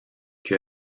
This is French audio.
que